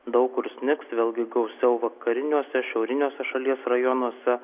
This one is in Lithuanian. daug kur snigs vėlgi gausiau vakariniuose šiauriniuose šalies rajonuose